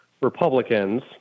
Republicans